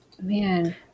Man